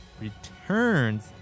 returns